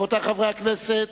רבותי חברי הכנסת,